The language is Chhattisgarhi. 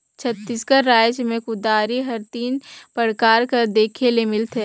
छत्तीसगढ़ राएज मे कुदारी हर तीन परकार कर देखे ले मिलथे